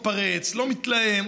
מתפרץ, לא מתלהם.